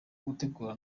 gutegura